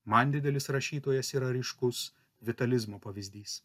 man didelis rašytojas yra ryškus vitalizmo pavyzdys